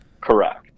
Correct